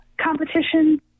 competition